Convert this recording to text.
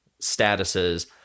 statuses